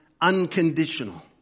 unconditional